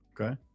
Okay